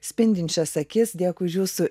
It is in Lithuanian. spindinčias akis dėkui už jūsų